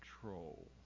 control